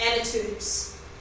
attitudes